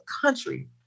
country